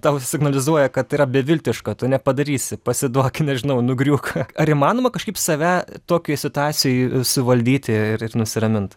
tau signalizuoja kad yra beviltiška tu nepadarysi pasiduok nežinau nugriūk ar įmanoma kažkaip save tokioj situacijoj suvaldyti ir ir nusiramint